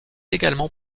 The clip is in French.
également